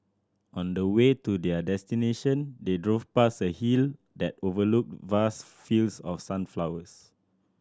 on the way to their destination they drove past a hill that overlooked vast fields of sunflowers